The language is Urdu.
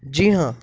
جی ہاں